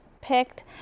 picked